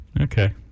Okay